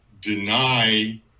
deny